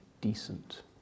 decent